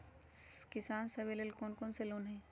किसान सवे लेल कौन कौन से लोने हई?